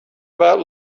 about